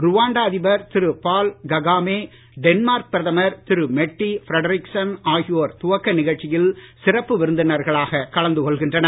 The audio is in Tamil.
ருவாண்டா அதிபர் திரு பால் ககாமே டென்மார்க் பிரதமர் திரு மெருடி ஃபிரடெரிக்சன் ஆகியோர் துவக்கி நிகழ்ச்சியில் சிறப்பு விருந்தினர்களாக கலந்து கொள்கின்றனர்